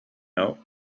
out